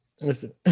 Listen